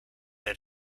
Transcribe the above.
had